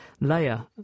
layer